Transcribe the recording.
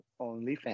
OnlyFans